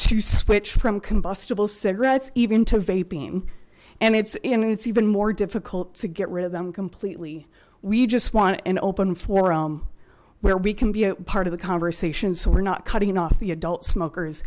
to switch from combustible cigarettes even to vaping and it's in and it's even more difficult to get rid of them completely we just want an open forum where we can be a part of the conversation so we're not cutting off the adult smokers